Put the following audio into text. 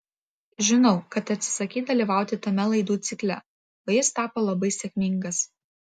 žinau kad atsisakei dalyvauti tame laidų cikle o jis tapo labai sėkmingas